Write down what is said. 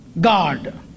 God